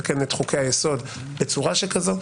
לעשות התגברות יותר קשה מאשר לתקן חוקי יסוד.